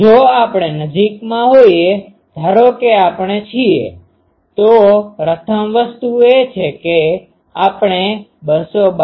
તો જો આપણે નજીકમાં હોઈએ ધારો કે આપણે છીએ તો પ્રથમ વસ્તુ એ છે કે આપણે 292